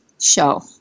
show